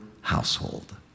household